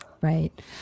Right